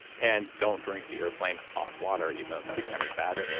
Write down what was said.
and don't drink the airplane hot water, even though that's kind of sad